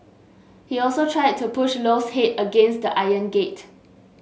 he also tried to push Loy's head against an iron gate